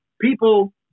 people